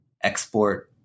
export